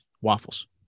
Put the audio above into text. Waffles